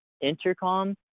Intercom